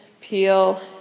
peel